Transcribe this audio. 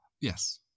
Yes